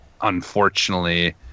unfortunately